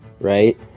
right